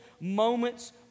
moments